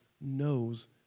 knows